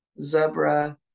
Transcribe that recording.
zebra